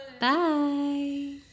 Bye